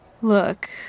Look